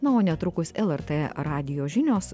na o netrukus lrt radijo žinios